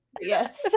yes